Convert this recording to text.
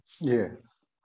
yes